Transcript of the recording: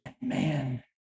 Man